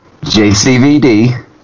JCVD